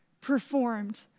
performed